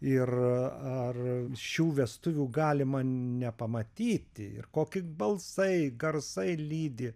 ir ar šių vestuvių galima nepamatyti ir kokie balsai garsai lydi